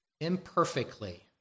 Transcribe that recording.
imperfectly